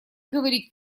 говорить